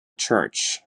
church